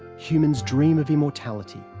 humans dream of immortality,